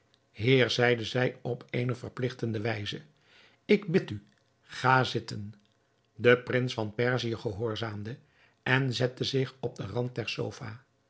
heer zeide zij op eene verpligtende wijze ik bid u ga zitten de prins van perzië gehoorzaamde en zette zich op den rand der